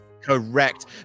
correct